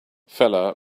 feller